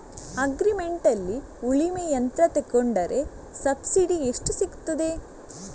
Agri ಮಾರ್ಟ್ನಲ್ಲಿ ಉಳ್ಮೆ ಯಂತ್ರ ತೆಕೊಂಡ್ರೆ ಸಬ್ಸಿಡಿ ಎಷ್ಟು ಸಿಕ್ತಾದೆ?